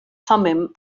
thummim